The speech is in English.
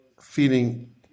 feeling